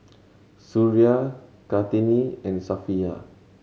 Suria Kartini and Safiya